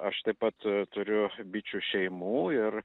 aš taip pat turiu bičių šeimų ir